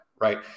right